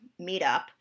meetup